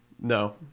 No